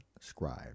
Scribe